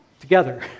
together